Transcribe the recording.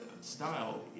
style